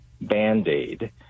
band-aid